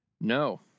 No